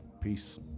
Peace